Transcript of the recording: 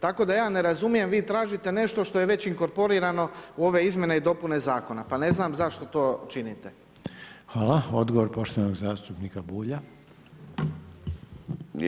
Tako da ja ne razumijem, vi tražite nešto što je već inkorporirano u ove izmjene i dopune Zakona, pa ne znam zašto to činite.